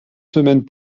semaines